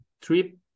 trip